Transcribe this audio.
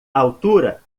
altura